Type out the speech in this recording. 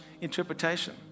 interpretation